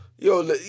Yo